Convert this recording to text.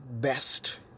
best